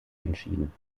entschieden